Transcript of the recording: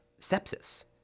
sepsis